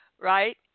right